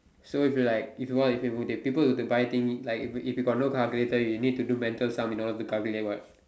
so if you like if you want to say if people were to buy things like if you if you got no calculator you need to do mental sum in order to calculate [what]